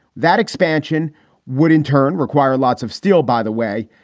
that expansion would in turn require lots of steel, by the way.